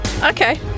Okay